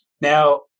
Now